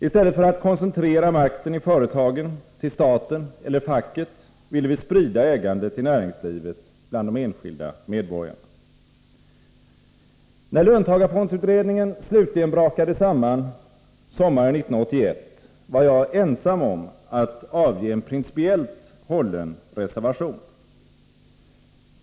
I stället för att koncentrera makten i företagen till staten eller facket ville vi sprida ägandet i näringslivet bland de enskilda medborgarna. När löntagarfondsutredningen slutligen brakade samman sommaren 1981, var jag ensam om att avge en principiellt hållen reservation.